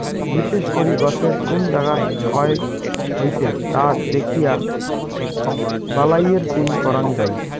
বিশেষ করি গছের কুন জাগাত ক্ষয় হইছে তা দ্যাখিয়া বালাইয়ের চিন করাং যাই